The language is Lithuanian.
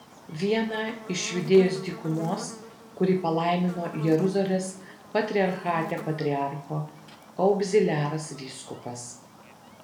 vieną iš judėjos dykumos kurį palaimino jeruzalės patriarchate patriarcho augziliaras vyskupas